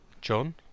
John